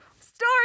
Story